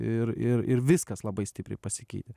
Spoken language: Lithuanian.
ir ir ir viskas labai stipriai pasikeitė